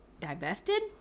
Divested